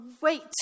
wait